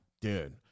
Dude